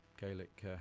Gaelic